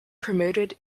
promoted